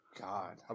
God